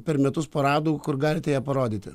per metus paradų kur galite ją parodyti